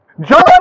John